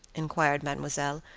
inquired mademoiselle,